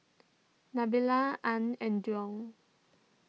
Nabila Ain and Daud